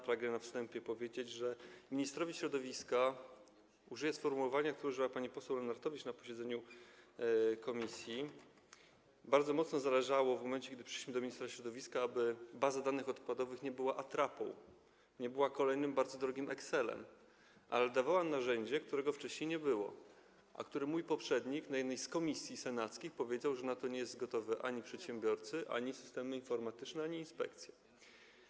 Pragnę na wstępie powiedzieć, że ministrowi środowiska - użyję sformułowania, którego użyła pani poseł Lenartowicz na posiedzeniu komisji - bardzo mocno zależało, w momencie gdy przyszliśmy do ministra środowiska, aby baza danych odpadowych nie była atrapą, nie była kolejnym, bardzo drogim Excelem, ale narzędziem, którego wcześniej nie było, a o którym mój poprzednik w jednej z komisji senackich powiedział, że na to nie są gotowi ani przedsiębiorcy, ani systemy informatyczne, ani inspekcje.